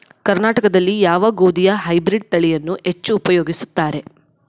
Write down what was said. ಕರ್ನಾಟಕದಲ್ಲಿ ಯಾವ ಗೋಧಿಯ ಹೈಬ್ರಿಡ್ ತಳಿಯನ್ನು ಹೆಚ್ಚು ಉಪಯೋಗಿಸುತ್ತಾರೆ?